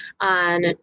on